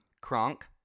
Kronk